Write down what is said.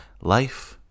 Life